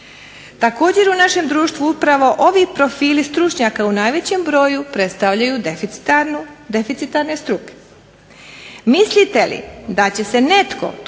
Također u našem društvu upravo ovi profili stručnjaka u najvećem broju predstavljaju deficitarne struke. Mislite li da će se netko